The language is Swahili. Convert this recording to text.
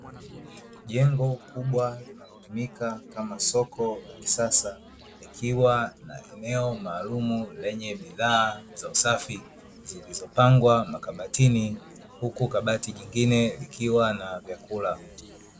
Jengo kubwa linalotumika kama soko la kisasa likiwa na eneo maalumu lenye bidhaa za usafi zilizopangwa makabatini, huku kabati jingine likiwa na vyakula.